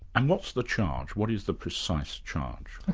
and what's the charge? what is the precise charge?